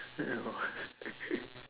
!wah!